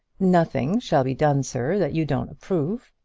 nothing shall be done, sir, that you don't approve.